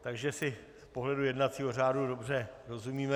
Takže si z pohledu jednacího řádu dobře rozumíme.